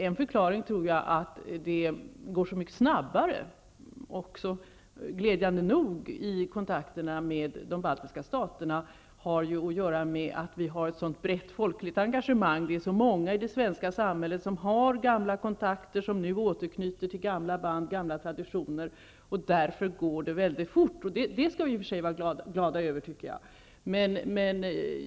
En förklaring till att, glädjande nog, kontakterna fungerar så snabbt med de baltiska staterna är det breda folkliga engagemanget. Det är så många i det svenska samhället som har gamla kontakter och som nu knyter an till gamla band och traditioner. Därför går arbetet snabbt. Jag tycker att vi skall vara glada över det.